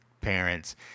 parents